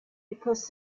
because